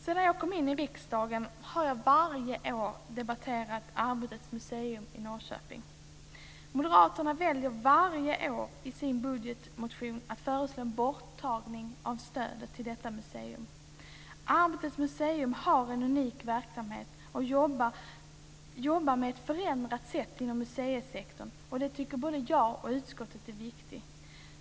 Sedan jag kom in i riksdagen har jag varje år debatterat om Arbetets museum i Norrköping. Moderaterna väljer att varje år i sin budgetmotion föreslå en borttagning av stödet till detta museum. Arbetets museum har en unik verksamhet och jobbar på ett förändrat sätt inom museisektorn. Det tycker både jag och utskottet är viktigt.